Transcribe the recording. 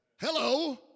Hello